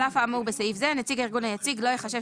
על אף האמור בסעיף זה נציג הארגון היציג לא ייחשב